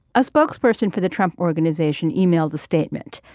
a spokesperson for the trump organization emailed a statement.